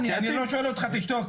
אני לא שואל אותך, תשתוק.